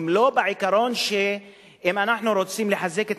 הן לא בעיקרון שאם אנחנו רוצים לחזק את